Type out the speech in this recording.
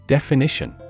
Definition